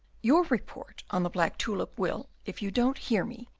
your report on the black tulip will, if you don't hear me,